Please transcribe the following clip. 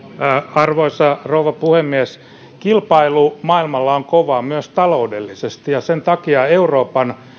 arvoisa rouva puhemies kilpailu maailmalla on kovaa myös taloudellisesti ja sen takia euroopan